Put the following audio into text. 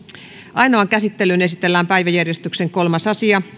ainoaan käsittelyyn esitellään päiväjärjestyksen kolmas asia